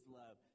love